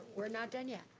we're not done yet.